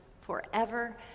forever